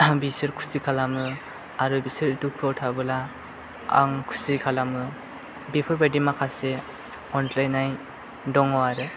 बिसोर खुसि खालामो आरो बिसोर दुखुआव थाबोला आं खुसि खालामो बेफोरबायदि माखासे अनलायनाय दङ आरो